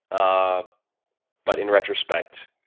ah but in retrospect,